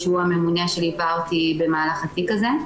שהוא הממונה שליווה אותי במהלך התיק הזה.